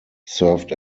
served